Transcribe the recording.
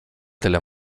tyle